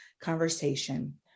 conversation